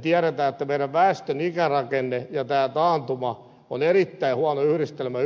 me tiedämme että väestömme ikärakenne ja tämä taantuma on erittäin huono yhdistelmä